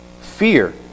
Fear